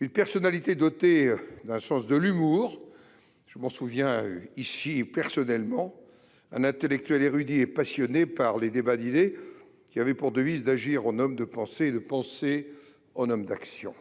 une personnalité dotée d'un sens de l'humour dont je me souviens personnellement, un intellectuel érudit et passionné par les débats d'idées, qui avait pour devise d'« agir en homme de pensée et penser en homme d'action